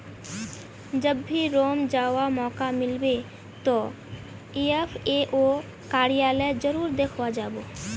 जब भी रोम जावा मौका मिलबे तो एफ ए ओ कार्यालय जरूर देखवा जा बो